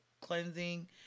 cleansing